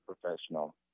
professional